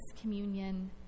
communion